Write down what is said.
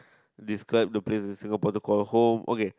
describe the place in Singapore to call home okay